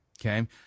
Okay